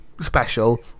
Special